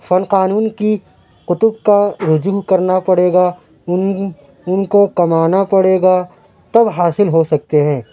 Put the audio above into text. فن قانون کی کُتب کا رجوہ کرنا پڑے گا اُن اُن کو کمانا پڑے گا تب حاصل ہو سکتے ہیں